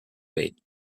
bait